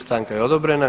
Stanka je odobrena.